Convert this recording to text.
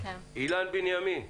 אילן בנימין.